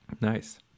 nice